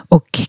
Och